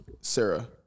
Sarah